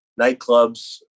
nightclubs